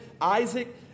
Isaac